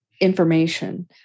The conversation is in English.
information